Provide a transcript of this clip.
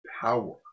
power